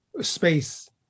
space